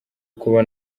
kuba